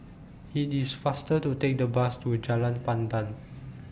IT IS faster to Take The Bus to Jalan Pandan